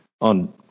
on